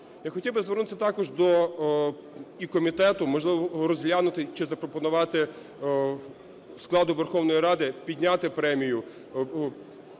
Я хотів би звернутись також до і комітету, можливо, розглянути, чи запропонувати складу Верховної Ради підняти премію,